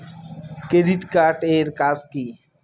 Credit card এর কাজ কি?